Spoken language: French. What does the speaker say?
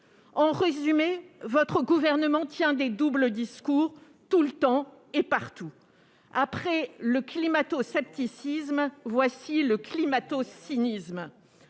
En résumé, votre gouvernement tient des doubles discours tout le temps et partout ! Après le climato-scepticisme, voici le climato-cynisme